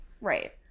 right